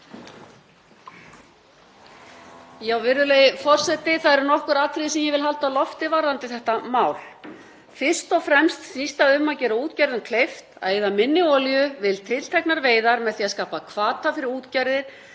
Virðulegi forseti. Það eru nokkur atriði sem ég vil halda á lofti varðandi þetta mál. Fyrst og fremst snýst það um að gera útgerðum kleift að eyða minni olíu við tilteknar veiðar með því að skapa hvata fyrir útgerðir